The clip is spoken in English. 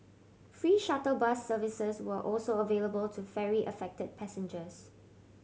free shuttle bus services were also available to ferry affected passengers